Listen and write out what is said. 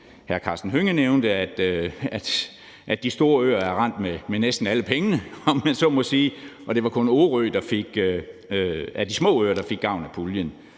hr. Karsten Hønge nævnte, at de store øer er rendt med næsten alle pengene, om man så må sige. Af de